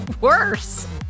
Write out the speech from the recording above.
worse